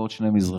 ועוד שני מזרחים.